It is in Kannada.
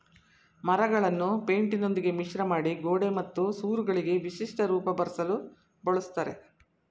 ಮರಳನ್ನು ಪೈಂಟಿನೊಂದಿಗೆ ಮಿಶ್ರಮಾಡಿ ಗೋಡೆ ಮತ್ತು ಸೂರುಗಳಿಗೆ ವಿಶಿಷ್ಟ ರೂಪ ಬರ್ಸಲು ಬಳುಸ್ತರೆ